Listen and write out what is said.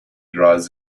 gras